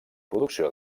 producció